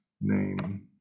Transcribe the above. name